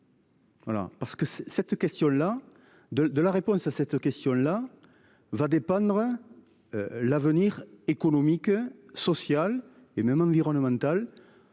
Voilà parce que c'est cette question là de de la réponse à cette question-là. Va dépendre. L'avenir économique, social et même environnementale.